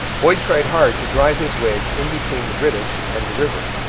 boyd tried hard to drive his wedge in between the british and the river.